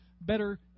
better